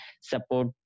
support